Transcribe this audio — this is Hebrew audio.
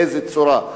באיזו צורה.